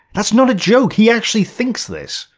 that's not a joke he actually thinks this.